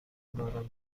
باران